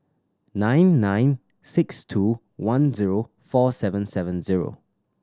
nine nine six two one zero four seven seven zero